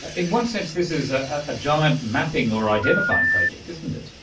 in one sense this is a ah giant mapping or identifying project, isn't it.